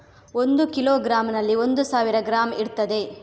ಒಂದು ಕಿಲೋಗ್ರಾಂನಲ್ಲಿ ಒಂದು ಸಾವಿರ ಗ್ರಾಂ ಇರ್ತದೆ